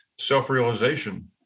self-realization